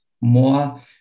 more